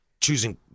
choosing